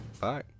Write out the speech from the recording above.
Bye